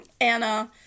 Anna